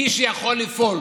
מי שיכול לפעול